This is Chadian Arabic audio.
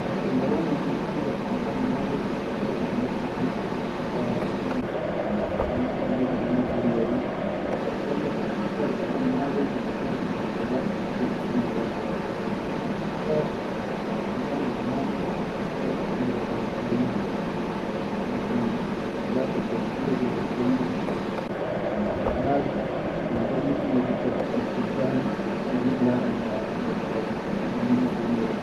Kan khayyaroni fi alga fi bikan ma layya mashakil hinel dabiʼa shaba alme iji ihallikan nas walla ri, walla kan akhtar bikan ma le ya mashakil hinel jaraʼim annas bi gummu be ha, bakhtar al bikan al malaiyya mashakil hinel jaraʼim hinen nas finshan al-dalak al dabiyi bijan min Allah wan nadum kan ja min Allah bigdar bigif luggan bigif lahan wa Allah bisaʼida amma hinen nas da.